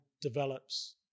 develops